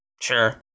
Sure